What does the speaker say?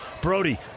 Brody